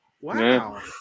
wow